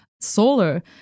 Solar